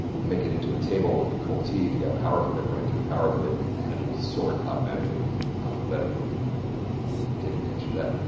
make it into a table with control t. if you have power pivot, run it through a power pivot, and then it will sort automatically alphabetically. there we go. we can take advantage of that.